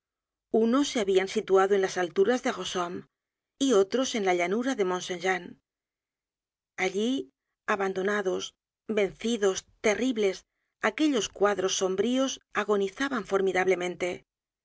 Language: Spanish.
unos se habian situado en las alturas de rossomme y otros en la llanura de mont saint jean allí abandonados vencidos terribles aquellos cuadros sombríos agonizaban formidablemente